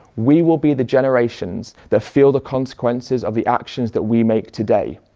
we will be the generations that feel the consequences of the actions that we make today.